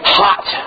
hot